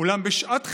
אולם בשעת חירום,